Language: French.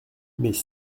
mais